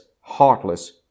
heartless